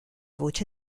voce